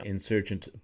Insurgent